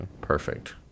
perfect